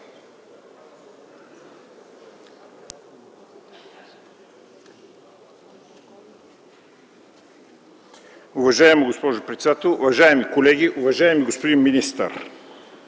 Уважаема госпожо председател, уважаеми колеги, уважаеми господин министър!